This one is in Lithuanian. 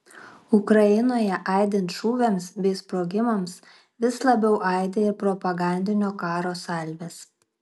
ukrainoje aidint šūviams bei sprogimams vis labiau aidi ir propagandinio karo salvės